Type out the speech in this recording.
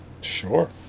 Sure